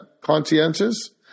conscientious